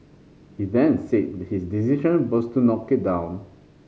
he then said his decision was to knock it down